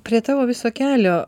prie tavo viso kelio